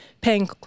paying